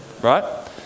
right